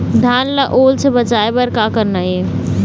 धान ला ओल से बचाए बर का करना ये?